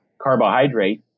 carbohydrate